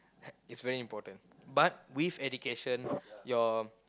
is very important but with education your